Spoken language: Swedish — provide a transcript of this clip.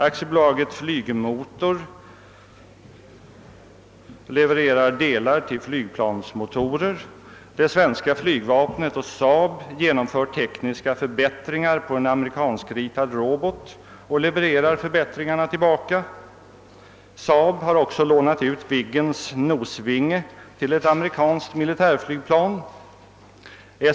AB Flygmotor levererar delar till flygplansmotorer, det svenska fiygvapnet och SAAB genomför tekniska förbättringar för en amerikanskritad robot och levererar förbättringana tillbaka. SAAB har också lånat ut Viggens nosvinge till ett amerikanskt militärflygplan.